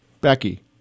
Becky